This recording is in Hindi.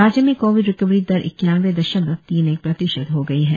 राज्य में कोविड रिकवरी दर ईक्यानवे दशमलव तीन एक प्रतिशत हो गई है